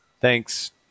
Thanks